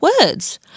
words